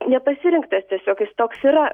nepasirinktas tiesiog jis toks yra